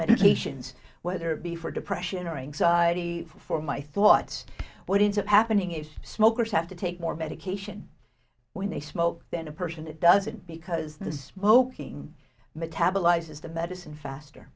medications whether it be for depression or anxiety for my thoughts what is happening is smokers have to take more medication when they smoke than a person it doesn't because the smoking metabolizes the medicine faster